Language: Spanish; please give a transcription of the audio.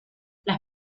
las